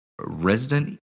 Resident